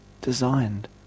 designed